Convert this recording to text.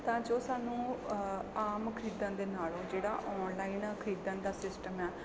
ਤਾਂ ਜੋ ਸਾਨੂੰ ਆਮ ਖਰੀਦਣ ਦੇ ਨਾਲੋਂ ਜਿਹੜਾ ਔਨਲਾਈਨ ਖਰੀਦਣ ਦਾ ਸਿਸਟਮ ਹੈ